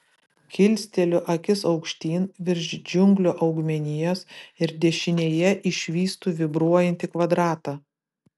kilsteliu akis aukštyn virš džiunglių augmenijos ir dešinėje išvystu vibruojantį kvadratą